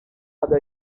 other